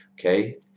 Okay